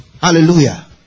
Hallelujah